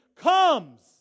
comes